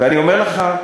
אני אומר לך,